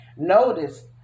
Notice